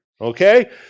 okay